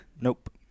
Nope